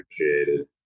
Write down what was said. appreciated